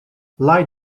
lie